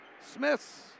Smith's